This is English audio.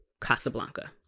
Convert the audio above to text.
Casablanca